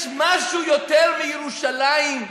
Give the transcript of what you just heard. יש משהו יותר מירושלים?